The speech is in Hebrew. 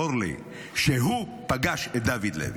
אורלי, שהוא פגש את דוד לוי.